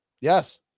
Yes